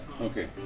Okay